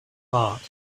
bart